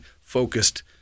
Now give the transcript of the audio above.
focused